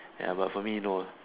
ya but for me no